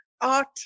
art